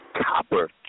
copper